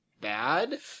bad